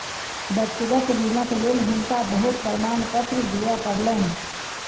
व्यक्तिगत ऋणक लेल हुनका बहुत प्रमाणपत्र दिअ पड़लैन